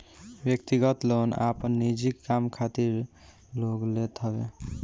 व्यक्तिगत लोन आपन निजी काम खातिर लोग लेत हवे